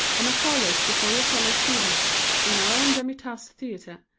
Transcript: and a frolic before your fellow students in our own demi-tasse theatre,